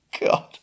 god